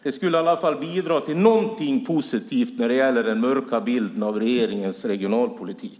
Det skulle i alla fall bidra till något positivt när det gäller den mörka bilden av regeringens regionalpolitik.